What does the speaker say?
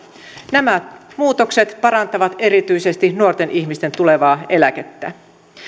nämä muutokset parantavat erityisesti nuorten ihmisten tulevaa eläkettä